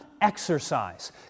Exercise